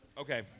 Okay